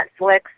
Netflix